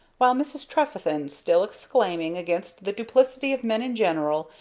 while mrs. trefethen, still exclaiming against the duplicity of men in general,